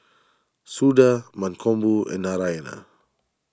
Suda Mankombu and Narayana